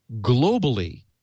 globally